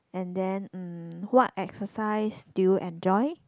and then um what exercise do you enjoy